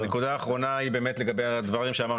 הנקודה האחרונה היא לגבי הדברים שאמר